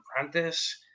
apprentice